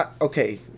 Okay